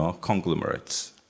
conglomerates